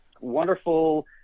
wonderful